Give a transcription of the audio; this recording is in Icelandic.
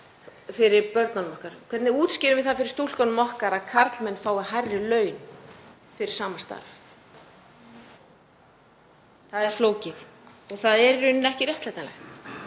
fyrir börnunum okkar? Hvernig útskýrum við það fyrir stúlkunum okkar að karlmenn fái hærri laun fyrir sama starf? Það er flókið og það er ekki réttlætanlegt.